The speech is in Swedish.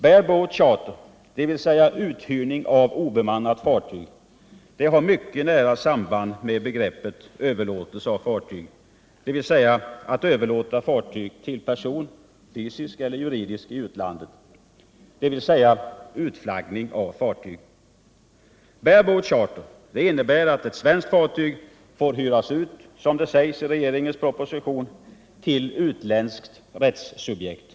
Bare-boat charter, dvs. uthyrning av obemannat fartyg, har mycket nära samband med begreppet ”överlåtelse av fartyg”, dvs. överlåta fartyg till person, fysisk eller juridisk, i utlandet. Med andra ord utflaggning av fartyget. Bare-boat charter innebär att svenskt fartyg får, som det heter i regeringens proposition, hyras ut till ”utländskt rättssubjekt”.